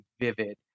vivid